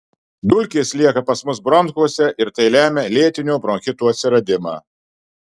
dulkės lieka pas mus bronchuose ir tai lemia lėtinio bronchito atsiradimą